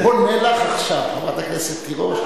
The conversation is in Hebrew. הוא עונה לך עכשיו, חברת הכנסת תירוש.